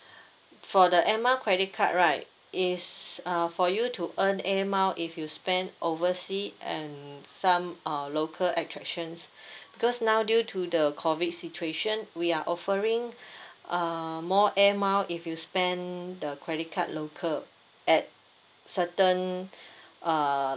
for the air mile credit card right is uh for you to earn air mile if you spend oversea and some uh local attractions because now due to the COVID situation we are offering uh more air mile if you spend the credit card local at certain uh